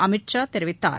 அமித் ஷா தெரிவித்தார்